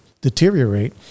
deteriorate